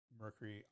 mercury